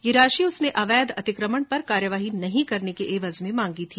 यह राशि उसने अवैध अतिक्रमण पर कार्यवाही नहीं करने की एवज में मांगी थी